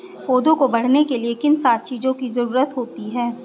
पौधों को बढ़ने के लिए किन सात चीजों की जरूरत होती है?